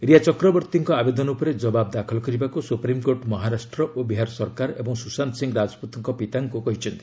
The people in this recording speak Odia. ରିୟା ଚକ୍ରବର୍ତ୍ତୀଙ୍କ ଆବେଦନ ଉପରେ ଜବାବ୍ ଦାଖଲ କରିବାକୁ ସୁପ୍ରିମ୍କୋର୍ଟ ମହାରାଷ୍ଟ୍ର ଓ ବିହାର ସରକାର ଏବଂ ସୁଶାନ୍ତ ସିଂହ ରାଜପୁତ୍ଙ୍କ ପିତାଙ୍କୁ କହିଛନ୍ତି